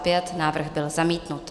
Tento návrh byl zamítnut.